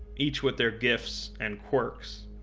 each with their gifts and quirks.